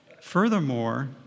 Furthermore